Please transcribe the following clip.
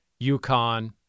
UConn